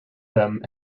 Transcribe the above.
them